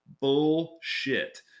bullshit